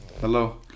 Hello